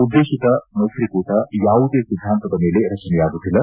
ಉದ್ಲೇಶಿತ ಮೈತ್ರಿಕೂಟ ಯಾವುದೇ ಸಿದ್ದಾಂತದ ಮೇಲೆ ರಚನೆಯಾಗುತ್ತಿಲ್ಲ